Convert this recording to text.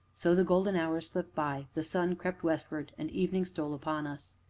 so the golden hours slipped by, the sun crept westward, and evening stole upon us.